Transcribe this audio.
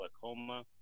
glaucoma